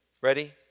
Ready